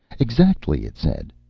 exactly, it said.